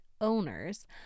owners